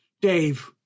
Dave